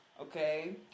Okay